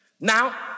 Now